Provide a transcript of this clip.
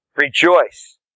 Rejoice